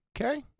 Okay